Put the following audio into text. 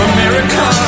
America